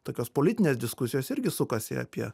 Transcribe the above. tokios politinės diskusijos irgi sukasi apie